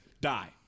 die